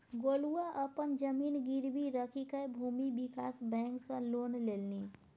गोलुआ अपन जमीन गिरवी राखिकए भूमि विकास बैंक सँ लोन लेलनि